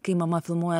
kai mama filmuoja